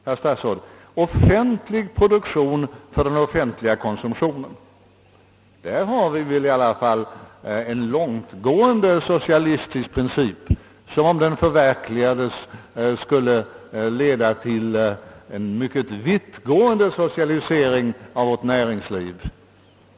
Herr statsråd! Offentlig produktion för den offentliga konsumtionen! Där har vi i alla fall en långtgående socialistisk princip som — om den förverk ligades — skulle leda till en mycket omfattande socialisering av vårt näringsliv.